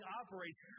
operates